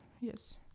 Yes